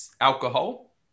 alcohol